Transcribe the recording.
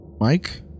Mike